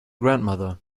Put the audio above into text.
grandmother